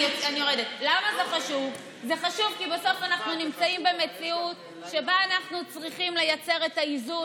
זה חשוב כי בסוף אנחנו נמצאים במציאות שבה אנחנו צריכים לייצר את האיזון